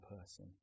person